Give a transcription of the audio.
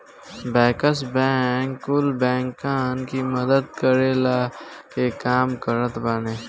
bankers bank कुल बैंकन की मदद करला के काम करत बाने